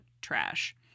trash